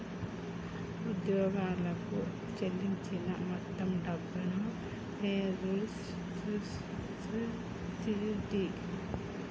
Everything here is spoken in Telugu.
ఉద్యోగులకు చెల్లించిన మొత్తం డబ్బును పే రోల్ సూచిస్తది